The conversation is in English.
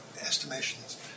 estimations